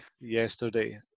yesterday